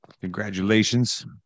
Congratulations